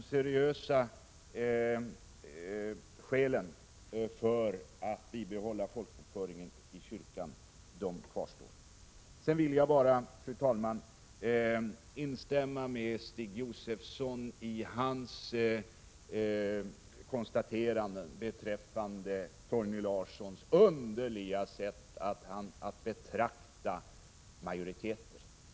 De seriösa skälen för att bibehålla folkbokföringen i kyrkan kvarstår. Sedan vill jag bara, fru talman, instämma i Stig Josefsons uttalande om Torgny Larssons underliga sätt att se på majoriteter.